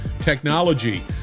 technology